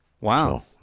Wow